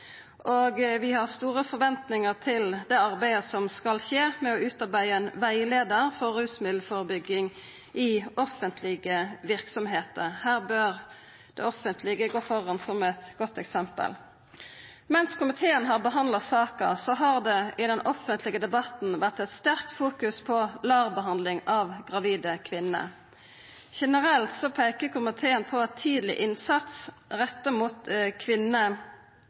arbeidslivet. Vi har store forventningar til det arbeidet som skal skje med å utarbeida ei rettleiing for rusmiddelførebygging i offentlege verksemder. Her bør det offentlege gå føre med eit godt eksempel. Mens komiteen har behandla saka, har det i den offentlege debatten vore eit sterkt fokus på LAR-behandling av gravide kvinner. Generelt peiker komiteen på at tidleg innsats retta mot kvinner